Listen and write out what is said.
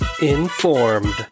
Informed